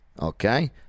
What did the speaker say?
Okay